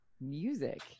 music